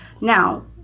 Now